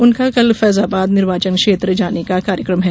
उनका कल फैजाबाद निर्वाचन क्षेत्र जाने का कार्यक्रम है